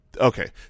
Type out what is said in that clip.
Okay